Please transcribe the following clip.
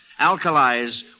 Alkalize